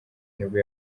nibwo